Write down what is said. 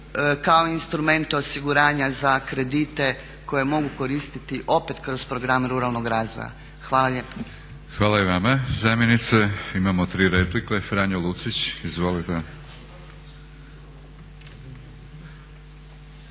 kao instrumente osiguranja za kredite koje mogu koristiti opet kroz program ruralnog razvoja. Hvala lijepa. **Batinić, Milorad (HNS)** Hvala i vama zamjenice. Imamo tri replike. Franjo Lucić, izvolite.